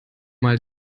mal